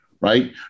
right